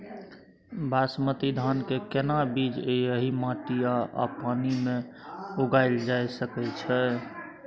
बासमती धान के केना बीज एहि माटी आ पानी मे उगायल जा सकै छै?